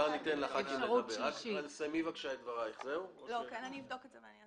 אני אבדוק את זה.